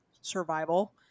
Survival